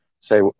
Say